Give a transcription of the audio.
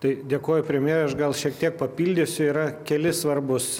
tai dėkoju premjere aš gal šiek tiek papildysiu yra keli svarbūs